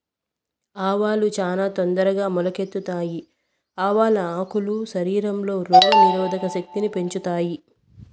ఆవాలు చానా తొందరగా మొలకెత్తుతాయి, ఆవాల ఆకులు శరీరంలో రోగ నిరోధక శక్తిని పెంచుతాయి